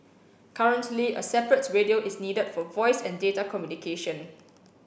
currently a separate radio is needed for voice and data communication